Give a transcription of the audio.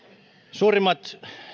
suurimmat